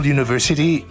University